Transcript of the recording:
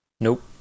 Nope